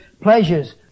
pleasures